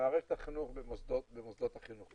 במערכת החינוך במוסדות החינוך.